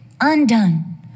Undone